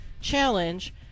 challenge